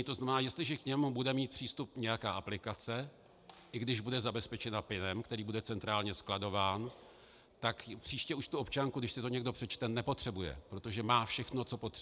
To znamená, jestliže k němu bude mít přístup nějaká aplikace, i když bude zabezpečena pinem, který bude centrálně skladován, tak příště už tu občanku, když si to někdo přečte, nepotřebuje, protože má všechno, co potřebuje.